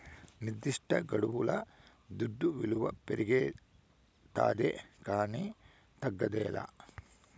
నిర్దిష్టగడువుల దుడ్డు విలువ పెరగతాదే కానీ తగ్గదేలా